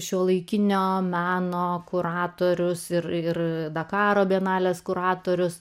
šiuolaikinio meno kuratorius ir ir dakaro bienalės kuratorius